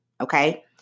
okay